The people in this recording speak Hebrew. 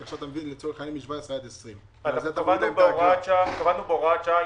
כי עכשיו אתם מביאים לצורך העניין מ-17 20. קבענו בהוראת שעה,